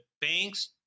banks